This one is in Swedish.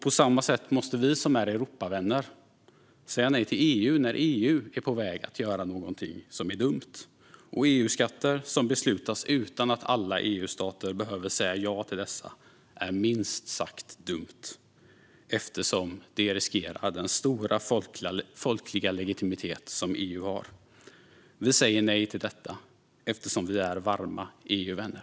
På samma sätt måste vi som är Europavänner säga nej till EU när EU är på väg att göra något dumt. Och att EU-skatter beslutas utan att alla EU-stater behöver säga ja till dessa är minst sagt dumt eftersom det riskerar den stora, folkliga legitimitet som EU har. Vi säger nej till detta eftersom vi är varma EU-vänner.